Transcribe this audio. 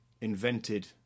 invented